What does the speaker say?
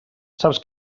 saps